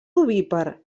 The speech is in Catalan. ovípar